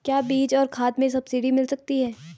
क्या बीज और खाद में सब्सिडी मिल जाती है?